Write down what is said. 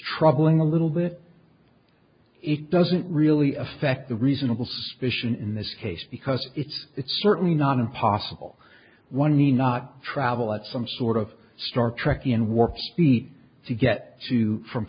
troubling a little bit it doesn't really affect the reasonable suspicion in this case because it's it's certainly not impossible one may not travel at some sort of star trek in work to get to from